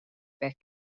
bek